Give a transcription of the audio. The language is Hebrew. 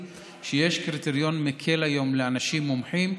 על אנשי הייטק וכו' אמרתי שיש קריטריון מקל היום לאנשים מומחים,